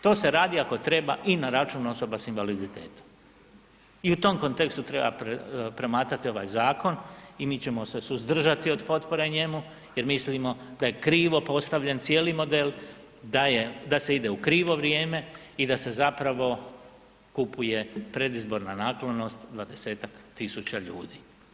To se radi ako treba i na račun osoba sa invaliditetom i u tom kontekstu treba promatrati ovaj zakon i mi ćemo se suzdržati od potpore njemu jer mislimo da je krivo postavljen cijeli model, da se ide u krivo vrijeme i da se zapravo kupuje predizborna naklonost 20-ak tisuća ljudi.